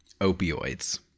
opioids